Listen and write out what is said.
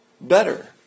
better